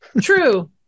True